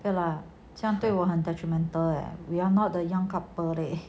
这样 ah 对我很 detrimental leh we're not the young couple leh